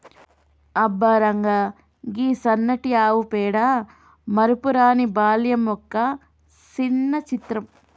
అబ్బ రంగా, గీ సన్నటి ఆవు పేడ మరపురాని బాల్యం యొక్క సిన్న చిత్రం